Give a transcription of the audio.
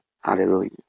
Hallelujah